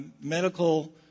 medical